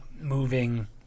moving